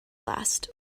last